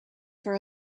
for